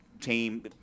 team